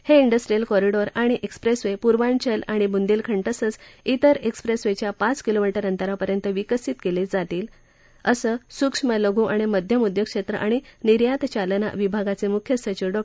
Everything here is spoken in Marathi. हे डिस्ट्रीअल कॉरीडोअर्स आणि एक्सप्रेसवे पूर्वाचल आणि बुंदेलखंड तसंच तिर एक्सप्रेसवेच्या पाच किलोमीटर अंतरापर्यंत विकासित केले जातील असं सूक्ष्म लघु आणि मध्यम उदयोग क्षेत्र आणि निर्यातचालना विभागाचे मुख्य सचिव डॉ